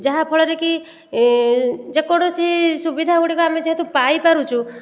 ଯାହାଫଳରେ କି ଯେକୌଣସି ସୁବିଧା ଗୁଡ଼ିକ ଆମେ ଯେହେତୁ ପାଇପାରୁଛୁ